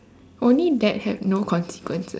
only that have no consequences